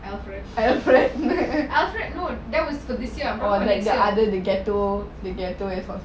alfred alfred no that is for this year